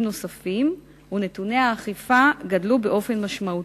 נוספים ונתוני האכיפה גדלו באופן משמעותי.